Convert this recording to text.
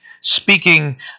speaking